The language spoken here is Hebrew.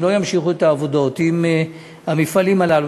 משרד הביטחון לא ימשיך את העבודה עם המפעלים הללו,